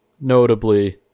notably